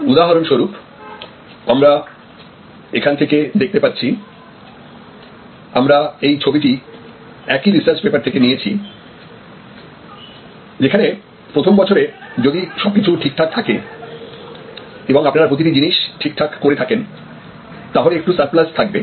উদাহরণস্বরূপ আমরা এখান থেকে দেখতে পাচ্ছি আমরা এই ছবিটি একই রিসার্চ পেপার থেকে নিয়েছি যেখানে প্রথম বছরে যদি সবকিছু ঠিকঠাক থাকে এবং আপনারা প্রতিটা জিনিস ঠিকঠাক করে থাকেন তাহলে একটু সারপ্লাস থাকবে